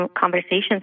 conversations